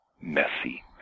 messy